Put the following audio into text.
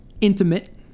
intimate